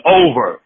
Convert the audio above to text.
over